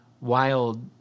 wild